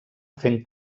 fent